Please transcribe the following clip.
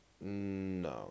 No